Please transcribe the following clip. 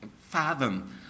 fathom